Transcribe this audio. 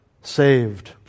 saved